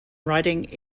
writing